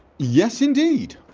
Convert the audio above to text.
yes indeed